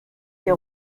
des